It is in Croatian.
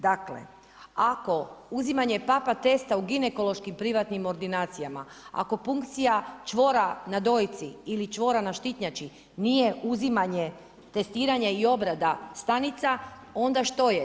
Dakle, ako uzimanje papa testa u ginekološkim privatnim ordinacijama, ako punkcija čvora na dojci ili čvora na štitnjači nije uzimanje testiranja i obrada stanica onda što je.